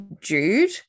Jude